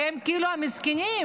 כי הם כאילו המסכנים.